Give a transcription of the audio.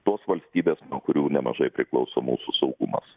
tos valstybės nuo kurių nemažai priklauso mūsų saugumas